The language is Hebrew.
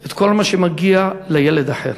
את כל מה שמגיע לילד אחר.